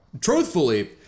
truthfully